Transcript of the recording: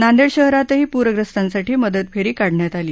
नांदेड शहरातही पूरग्रस्तांसाठी मदत फेरी काढण्यात आली